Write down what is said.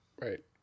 Right